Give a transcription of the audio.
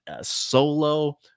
solo